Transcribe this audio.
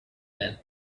well